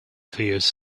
fears